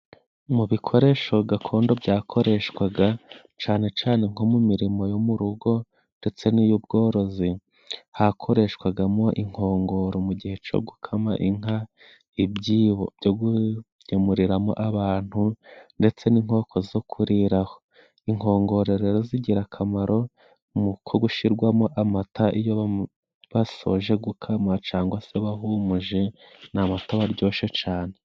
Mu bikoresho gakondo byakoreshwaga canecane nko mu mirimo yo mu rugo ndetse n'iy'ubworozi, hakoreshwagamo inkongoro mu gihe co gukama inka, ibyibo byo kugemuriramo abantu ndetse n'inkoko zo kuriraho. Inkongoro rero zigira akamaro ko gushirwamo amata iyo basoje gukama cangwe se bahumuje, ni amata aba aryoshe cane.